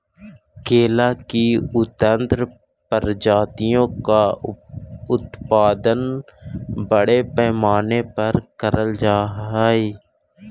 केला की उन्नत प्रजातियों का उत्पादन बड़े पैमाने पर करल जा हई